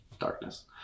darkness